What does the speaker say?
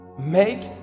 Make